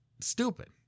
stupid